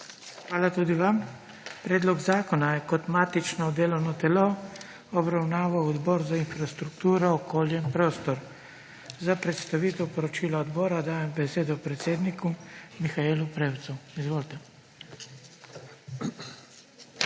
Hvala tudi vam. Predlog zakona je kot matično delovno telo obravnaval Odbor za infrastrukturo, okolje in prostor. Za predstavitev poročila odbora dajem besedo predsedniku Mihaelu Prevcu. Izvolite.